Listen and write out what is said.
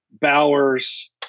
bowers